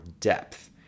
depth